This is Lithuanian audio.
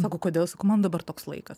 sako kodėl sakau man dabar toks laikas